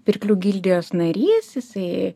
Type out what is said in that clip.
pirklių gildijos narys jisai